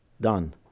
Done